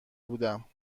بودم